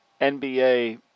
NBA